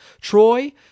troy